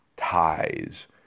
ties